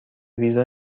ویزا